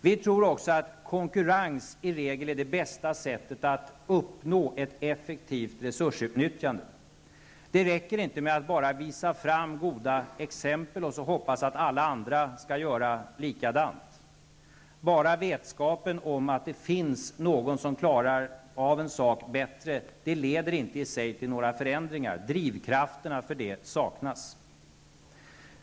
Vi tror också att konkurrens i regel är det bästa sättet att uppnå ett effektivt resursutnyttjande. Det räcker inte med att bara visa fram goda exempel och hoppas att alla andra skall göra likadant. Bara vetskapen om att det finns någon som klarar av en sak bättre leder inte i sig till några förändringar. Drivkrafterna för det saknas.